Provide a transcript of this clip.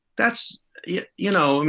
that's it. you know, i mean,